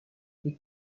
les